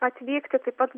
atvykti taip pat